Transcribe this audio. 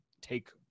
take